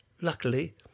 luckily